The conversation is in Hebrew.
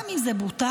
גם אם זה בוטל,